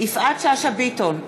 יפעת שאשא ביטון,